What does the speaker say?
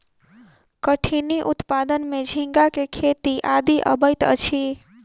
कठिनी उत्पादन में झींगा के खेती आदि अबैत अछि